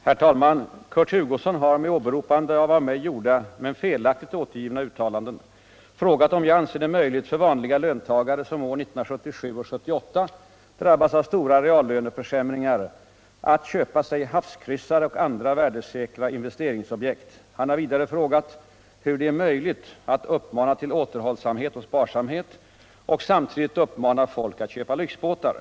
Herr talman! Kurt Hugosson har — med åberopande av vissa av mig gjorda, men felaktigt återgivna uttalanden — frågat om jag anser det möjligt för vanliga löntagare, som åren 1977 och 1978 drabbas av stora reallöneförsämringar ”att köpa sig havskryssare och andra värdesäkra investeringsobjekt”. Han har vidare frågat hur det är möjligt ”att uppmana till återhållsamhet och sparsamhet och samtidigt uppmana folk att köpa lyxbåtar”.